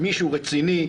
מישהו רציני,